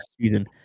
season